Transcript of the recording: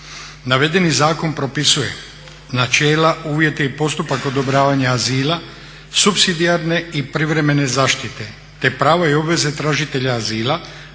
Navedeni zakon propisuje načela, uvjete i postupak odobravanja azila, supsidijarne i privremene zaštite, te prava i obveze tražitelja azila,